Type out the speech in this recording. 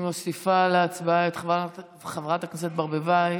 אני מוסיפה להצבעה את חברת הכנסת ברביבאי.